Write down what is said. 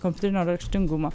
kompiuterinio raštingumo